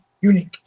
unique